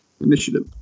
initiative